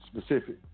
specific